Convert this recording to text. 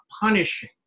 punishing